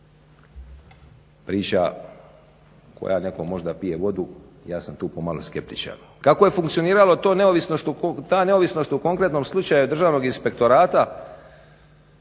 Priča koja neko možda pije vodu ja sam tu pomalo skeptičan. Kako je funkcionirala ta neovisnost u konkretnom slučaju Državnog inspektorata